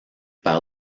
par